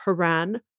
Haran